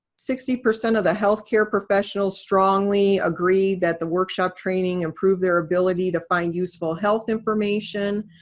sixty percent of the healthcare professionals strongly agreed that the workshop training improved their ability to find useful health information.